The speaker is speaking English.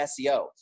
SEO